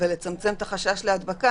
ולצמצם את החשש להדבקה,